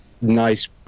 nice